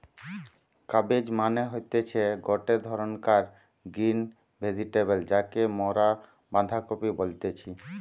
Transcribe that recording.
cabbage মানে হতিছে গটে ধরণকার গ্রিন ভেজিটেবল যাকে মরা বাঁধাকপি বলতেছি